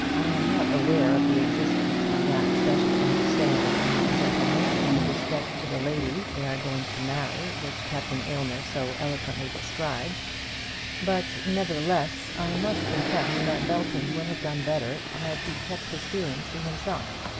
i am not aware of the existence of that special understanding among gentlemen in respect to the ladies they are going to marry which captain aylmer so eloquently described but, nevertheless, i must confess that belton would have done better had he kept his feelings to himself.